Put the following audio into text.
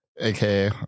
AKA